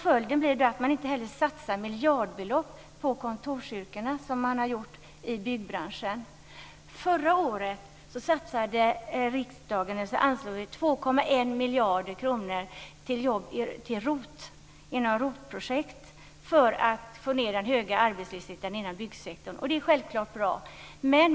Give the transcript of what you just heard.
Följden blir den att man på kontorsyrkena inte satsar sådana miljardbelopp som har satsats på byggbranschen. projekt för att få ned den höga arbetslösheten inom byggsektorn, och det är självklart bra.